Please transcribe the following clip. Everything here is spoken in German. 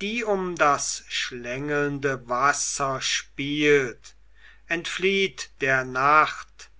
die um das schlängelnde wasser spielt entflieht der nacht